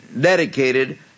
dedicated